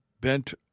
bent